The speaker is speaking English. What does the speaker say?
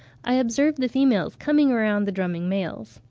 i observed the females coming around the drumming males.